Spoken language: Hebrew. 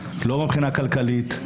לא מבחינה כלכלית,